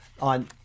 On